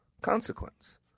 consequence